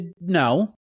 No